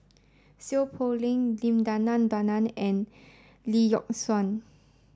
Seow Poh Leng Dim Denan Denon and Lee Yock Suan